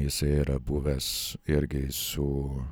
jisai yra buvęs irgi su